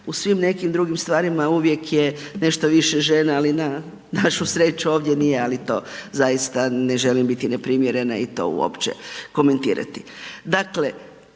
U svim nekim drugim stvarima uvijek je nešto više žena ali na našu sreću, ovdje nije ali to zaista ne želim biti neprimjerena i to uopće komentirati. Dakle,